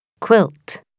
Quilt